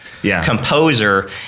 composer